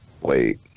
Wait